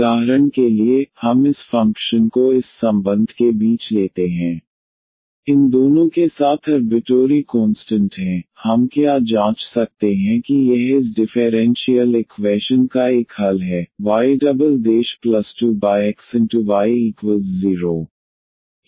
उदाहरण के लिए हम इस फ़ंक्शन को इस संबंध के बीच लेते हैं yAxB इन दोनों के साथ अर्बिटोरी कोंस्टंट हैं हम क्या जाँच सकते हैं कि यह इस डिफेरेंशीयल इक्वैशन का एक हल है y2xy0